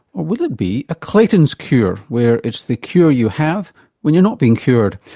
or will it be a clayton's cure where it's the cure you have when you're not being cured?